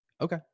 Okay